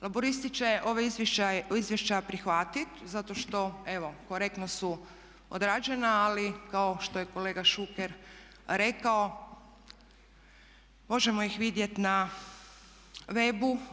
Laburisti će ova izvješća prihvatiti zato što evo korektno su odrađena ali kao što je kolega Šuker rekao, možemo ih vidjeti na webu.